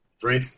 Three